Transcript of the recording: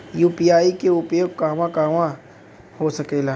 UPI के उपयोग कहवा कहवा हो सकेला?